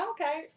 Okay